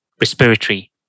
respiratory